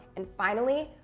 and finally,